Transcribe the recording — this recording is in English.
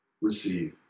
receive